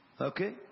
Okay